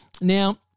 Now